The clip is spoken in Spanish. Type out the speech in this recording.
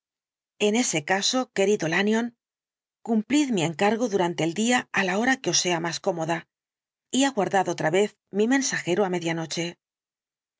en ese caso querido lanyón cumplid mi encargo durante el día á la hora que os sea más cómoda y aguardad otra vez mi mensajero á